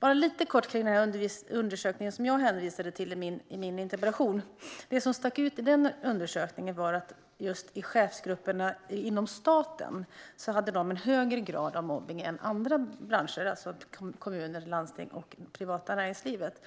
Jag ska kortfattat ta upp den undersökning som jag hänvisade till i min interpellation. Det som stack ut i denna undersökning var att just chefsgrupperna inom staten hade en högre grad av mobbning än chefsgrupper inom kommuner, landsting och det privata näringslivet.